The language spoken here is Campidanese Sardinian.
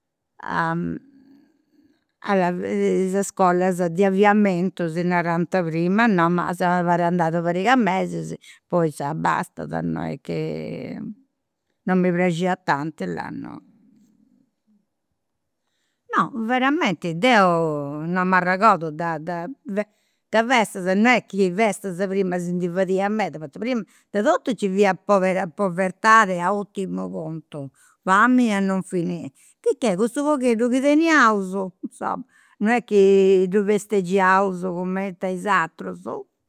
is iscolas de aviamentu, si narant prima, no, ma seu andat una pariga de mesis, poi bastada, non est chi non mi praxiat tanti, là, no. No, veramenti deu non m'arregordu de de de festas non est chi festas prima si ndi fadiant meda, poita prima de totu nci fiat povertà a urtimu puntu, famini a non finì, sicchè cuddu pogheddu chi teniaus, insoma, non est chi ddu festeggiaus cumenti a is aterus,